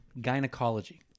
Gynecology